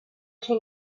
can